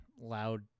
loud